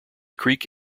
creek